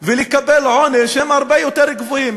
ולקבל עונש הם הרבה יותר גבוהים,